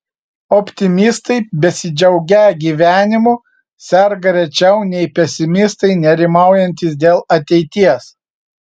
optimistai besidžiaugią gyvenimu serga rečiau nei pesimistai nerimaujantys dėl ateities